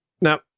Now